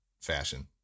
fashion